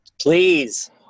Please